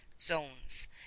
zones